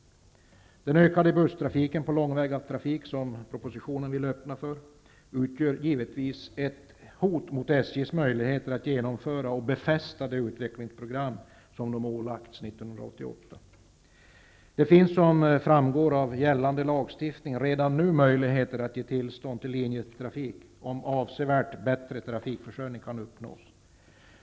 Det ökade bussresandet på långväga transporter, vilket man i propositionen vill öppna för utgör givetvis ett hot mot SJ:s möjligheter att genomföra och befästa det utvecklingsprogram som företaget ålades 1988. Det finns, som framgår av gällande lagstiftning, redan nu möjligheter att ge tillstånd till linjetrafik om avsevärt bättre trafikförsörjning kan uppnås.